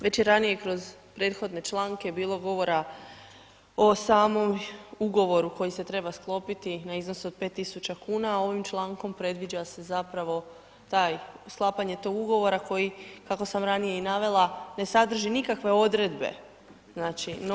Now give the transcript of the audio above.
Već ranije kroz prethodne članke je bilo govora o samom ugovoru koji se treba sklopiti na iznos od 5000 kuna a ovim člankom previđa se zapravo to sklapanje tog ugovora koji kako sam ranije i navela, ne sadrži nikakve odredbe, znači.